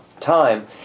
Time